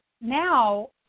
now